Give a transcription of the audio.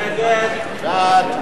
לא נתקבלה.